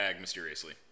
mysteriously